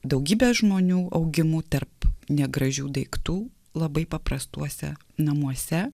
daugybe žmonių augimu tarp negražių daiktų labai paprastuose namuose